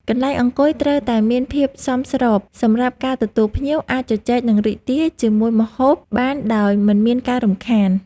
កន្លែងអង្គុយត្រូវតែមានភាពសមស្របសម្រាប់ការទទួលភ្ញៀវ អាចជជែកនិងរីករាយជាមួយម្ហូបបានដោយមិនមានការរំខាន។